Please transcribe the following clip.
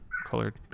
Colored